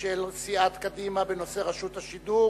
של סיעת קדימה בנושא רשות השידור